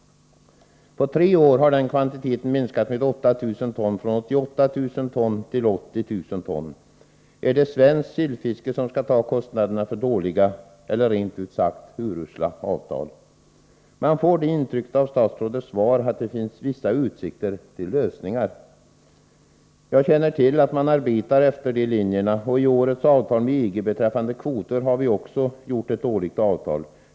På tre år har den kvantiteten minskats med 8 000 ton, från 88 000 till 80 000 ton. Är det svenskt sillfiske som skall ta kostnaderna för dåliga eller, rent ut sagt, urusla avtal? Man får det intrycket av statsrådets svar, att det finns vissa utsikter till lösningar. Jag känner till att man arbetar efter de linjerna, och i årets avtal med EG beträffande kvoter har vi också gjort ett dåligt avtal.